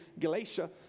Galatia